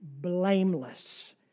blameless